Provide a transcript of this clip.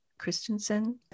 Christensen